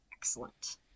Excellent